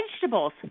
Vegetables